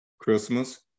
Christmas